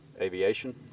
aviation